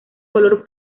color